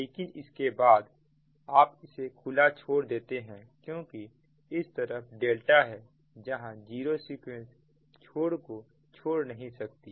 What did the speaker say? लेकिन इसके बाद आप इसे खुला छोड़ देते हैं क्योंकि इस तरफ ∆ है जहां जीरो सीक्वेंस छोर को छोड़ नहीं सकती